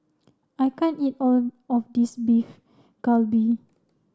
I can't eat all of this Beef Galbi